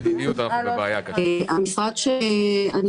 התנצלות על זה שאני ב-זום אבל היה איזשהו דבר שהתחייבתי אליו.